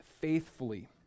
faithfully